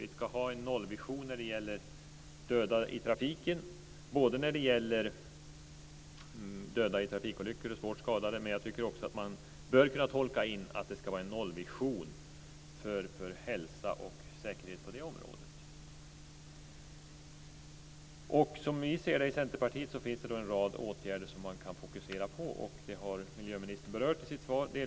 Vi ska ha en nollvision när det gäller döda i trafiken. Det gäller först och främst döda och svårt skadade i trafikolyckor, men jag tycker också att man bör kunna tolka in att det ska vara en nollvision för hälsa och säkerhet på detta område. Som vi i Centerpartiet ser det finns det en rad åtgärder man kan fokusera på. Detta har också miljöministern delvis berört i sitt svar.